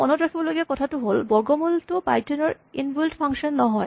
মনত ৰাখিবলগীয়া কথাটো হ'ল বৰ্গমূলটো পাইথন ৰ ইন বুইল্ট ফাংচন নহয়